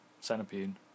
centipede